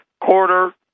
quarter